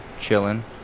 chilling